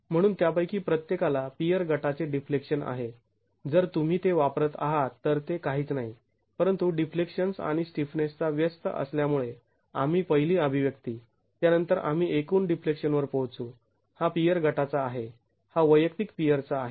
तर म्हणून त्यापैकी प्रत्येकाला पियर गटाचे डिफ्लेक्शन आहे जर तुम्ही ते वापरत आहात तर ते काहीच नाही परंतु डिफ्लेक्शन्स् आणि स्टिफनेसचा व्यस्त असल्यामुळे आणि पहिली अभिव्यक्ती त्यानंतर आम्ही एकूण डिफ्लेक्शन वर पोहोचू हा पियर गटाचा आहे हा वैयक्तिक पियरचा आहे